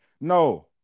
No